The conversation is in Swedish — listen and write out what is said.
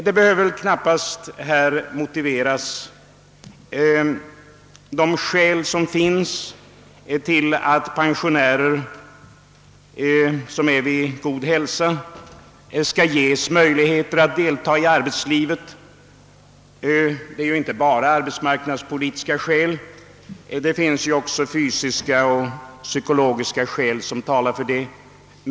Det behöver väl knappast här motiveras varför pensionärer som är vid god hälsa skall ges möjligheter att delta i arbetslivet. Det finns inte bara arbetsmarknadspolitiska skäl utan också fysiska och psykologiska som talar för det.